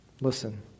Listen